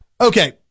Okay